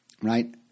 right